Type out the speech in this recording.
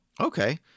Okay